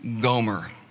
Gomer